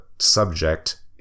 Subject